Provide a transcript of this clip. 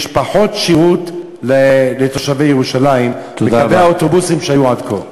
יש פחות שירות לתושבי ירושלים מאשר קווי האוטובוסים שהיו עד כה.